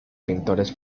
pintores